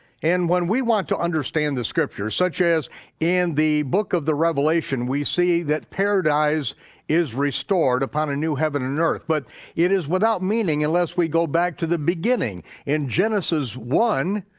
and when we want to understand the scripture such as in the book of the revelation we see that paradise is restored upon a new heaven and earth, but it is without meaning unless we go back to the beginning in genesis one,